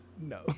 no